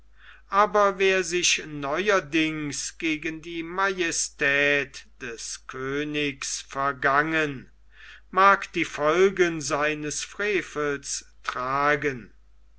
aber wer sich neuerdings gegen die majestät des königs vergangen mag die folgen seines frevels tragen